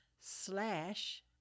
slash